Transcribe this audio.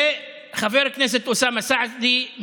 חבר הכנסת אוסאמה סעדי,